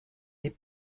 est